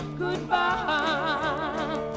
goodbye